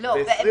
לא הבנתי,